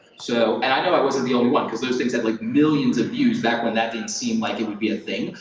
so and i know i wasn't the only one, cause those things have like millions of views back when that didn't seem like it would be a thing,